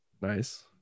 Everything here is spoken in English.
nice